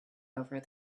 over